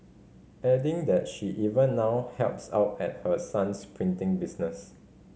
adding that she even now helps out at her son's printing business